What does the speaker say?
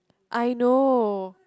I know